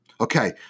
Okay